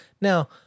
Now